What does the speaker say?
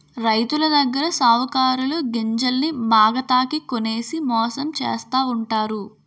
రైతులదగ్గర సావుకారులు గింజల్ని మాగతాకి కొనేసి మోసం చేస్తావుంటారు